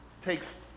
takes